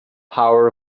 power